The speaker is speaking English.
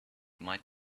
might